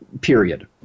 period